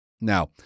Now